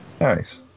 Nice